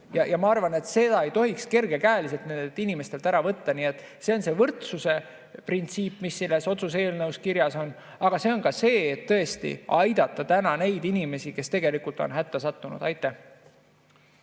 Ma arvan, et seda ei tohiks kergekäeliselt nendelt inimestelt ära võtta. Nii et see on võrdsuse printsiip, mis selles otsuse eelnõus kirjas on, aga see on ka soov tõesti aidata neid inimesi, kes on hätta sattunud. Aitäh!